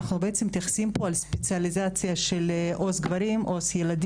אנחנו בעצם מתייחסים פה לספציאליזציה של עו"ס גברים,